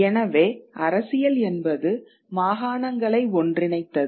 எனவே அரசியல் என்பது மாகாணங்களை ஒன்றிணைத்தது